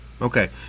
okay